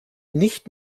nicht